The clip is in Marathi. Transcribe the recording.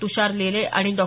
तृषार नेले आणि डॉ